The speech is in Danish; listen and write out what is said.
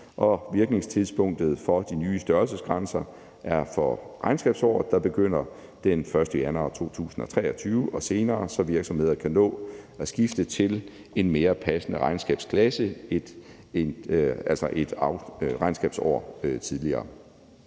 og virkningstidspunktet for de nye størrelsesgrænser er for regnskabsåret, der begynder den 1. januar 2023 og senere, så virksomheder kan nå at skifte til en mere passende regnskabsklasse, altså et regnskabsår tidligere.